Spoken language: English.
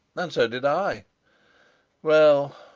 and so did i well,